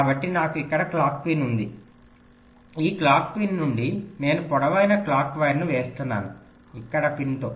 కాబట్టి నాకు ఇక్కడ క్లాక్ పిన్ ఉంది ఈ క్లాక్ పిన్ నుండి నేను పొడవైన క్లాక్ వైర్ను వేస్తున్నాను ఇక్కడ పిన్తో